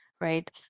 right